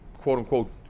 quote-unquote